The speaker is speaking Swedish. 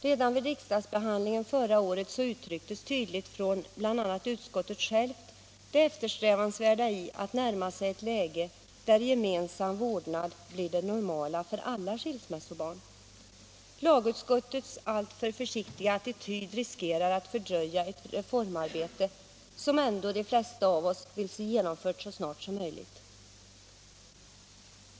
Redan vid riksdagsbehandlingen förra året uttalades tydligt av bl.a. utskottet självt det eftersträvansvärda i att närma sig ett läge där gemensam vårdnad blir det normala för alla skilsmässobarn. Lagutskottets alltför försiktiga attityd riskerar att fördröja ett reform arbete som ändå de flesta av oss vill se genomfört så snart som möjligt.